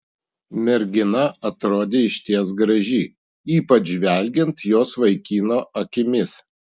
mergina atrodė išties graži ypač žvelgiant jos vaikino akimis